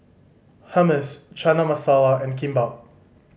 Hummus Chana Masala and Kimbap